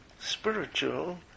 spiritual